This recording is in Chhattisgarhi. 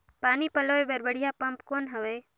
पानी पलोय बर बढ़िया पम्प कौन हवय?